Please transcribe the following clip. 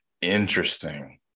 interesting